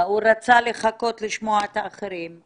הוא רצה לחכות ולשמוע את האחרים,